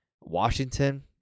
Washington